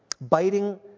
biting